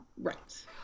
Right